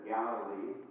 Galilee